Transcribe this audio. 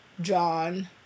John